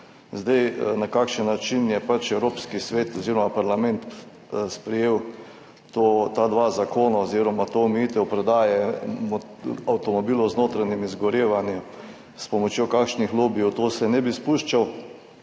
55 %. Na kakšen način je Evropski svet oziroma parlament sprejel ta dva zakona oziroma to omejitev prodaje avtomobilov z notranjim izgorevanjem, s pomočjo kakšnih lobijev, v to se ne bi spuščal,